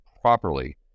properly